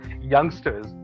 youngsters